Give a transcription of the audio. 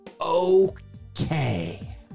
okay